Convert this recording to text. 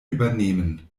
übernehmen